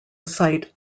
site